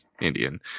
Indian